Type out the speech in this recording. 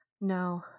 No